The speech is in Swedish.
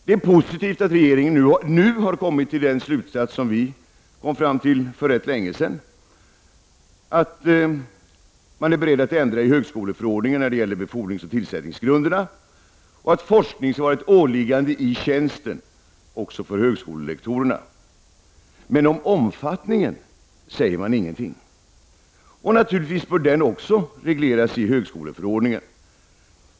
Det är positivt att regeringen nu har kommit fram till samma slutsats som vi kom fram till för rätt länge sedan, nämligen att man är beredd att ändra i högskoleförordningen när det gäller befordringsoch tillsättningsgrunderna och att forskning skall vara ett åliggande i tjänsten också för högskolelektorerna. Men man säger ingenting om omfattningen. Naturligtvis bör den också regleras i högskoleförordningen.